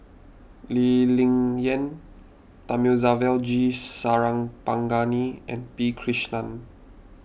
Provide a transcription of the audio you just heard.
Lee Ling Yen Thamizhavel G Sarangapani and P Krishnan